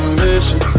mission